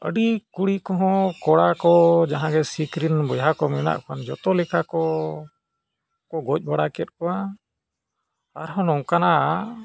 ᱟᱹᱰᱤ ᱠᱩᱲᱤ ᱠᱚᱦᱚᱸ ᱠᱚᱲᱟ ᱠᱚ ᱡᱟᱦᱟᱸᱜᱮ ᱥᱤᱠᱷ ᱨᱮᱱ ᱵᱚᱭᱦᱟ ᱠᱚ ᱢᱮᱱᱟᱜ ᱠᱚᱣᱟ ᱡᱚᱛᱚ ᱞᱮᱠᱟ ᱠᱚ ᱜᱚᱡ ᱵᱟᱲᱟ ᱠᱮᱫ ᱠᱚᱣᱟ ᱟᱨᱦᱚᱸ ᱱᱚᱝᱠᱟᱱᱟᱜ